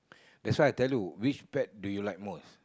that's why I tell you which pet do you like most